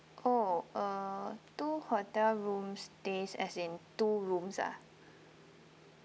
oh uh two hotel rooms stays as in two rooms ah